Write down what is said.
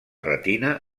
retina